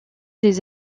des